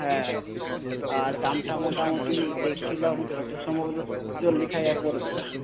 হ্যাঁ আর দামটা মোটামোটি দেখছিলাম যতদূর সম্ভব হল চল্লিশ হাজার পড়বে